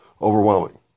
overwhelming